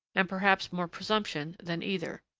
and perhaps more presumption than either.